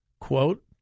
quote